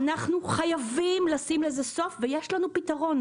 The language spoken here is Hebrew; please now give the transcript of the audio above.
אנחנו חייבים לשים לזה סוף ויש לנו פתרון.